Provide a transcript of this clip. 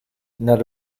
not